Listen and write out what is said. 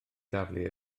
daflu